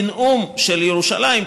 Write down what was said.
בנאום של ירושלים,